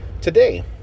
today